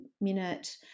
minute